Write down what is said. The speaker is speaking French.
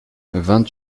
vingt